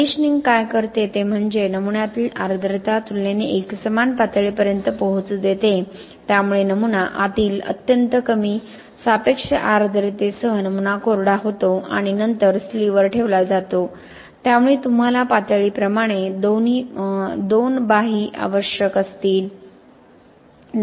conditioning काय करते ते म्हणजे नमुन्यातील आर्द्रता तुलनेने एकसमान पातळीपर्यंत पोहोचू देते त्यामुळे नमुना आतील अत्यंत कमी सापेक्ष आर्द्रतेसह नमुना कोरडा होतो आणि नंतर स्लीव्हवर ठेवला जातो त्यामुळे तुम्हाला पातळीप्रमाणे दोन बाही आवश्यक असतील